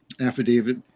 affidavit